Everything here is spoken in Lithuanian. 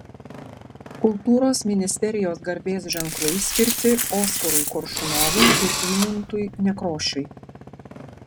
kultūros ministerijos garbės ženklai skirti oskarui koršunovui ir eimuntui nekrošiui